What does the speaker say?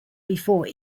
before